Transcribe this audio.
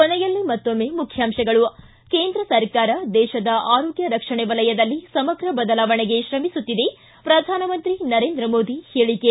ಕೊನೆಯಲ್ಲಿ ಮತ್ತೊಮ್ಮೆ ಮುಖ್ಯಾಂಶಗಳು ಿ ಕೇಂದ್ರ ಸರ್ಕಾರ ದೇಶದ ಆರೋಗ್ಯ ರಕ್ಷಣೆ ವಲಯದಲ್ಲಿ ಸಮಗ್ರ ಬದಲಾವಣೆಗೆ ಶ್ರಮಿಸುತ್ತಿದೆ ಪ್ರಧಾನಮಂತ್ರಿ ನರೇಂದ್ರ ಮೋದಿ ಹೇಳಿಕೆ